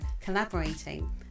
collaborating